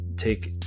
take